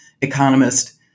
economist